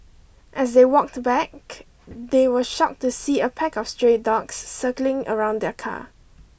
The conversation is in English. as they walked back they were shocked to see a pack of stray dogs circling around their car